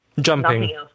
Jumping